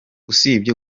usibye